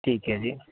ਠੀਕ ਹੈ ਜੀ